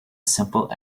simple